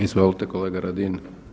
Izvolite kolega Radin.